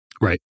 right